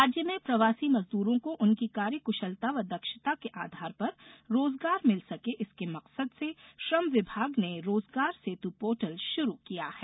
राज्य में प्रवासी मजदूरों को उनकी कार्य कृशलता व दक्षता के आधार पर रोजगार मिल सके इसके मकसद से श्रम विभाग ने रोजगार सेतु पोर्टल शुरू किया है